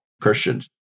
Christians